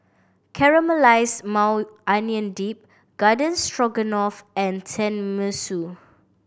Caramelized Maui Onion Dip Garden Stroganoff and Tenmusu